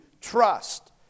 trust